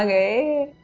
and a